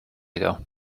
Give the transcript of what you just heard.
ago